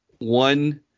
One